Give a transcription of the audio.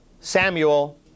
Samuel